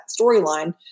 storyline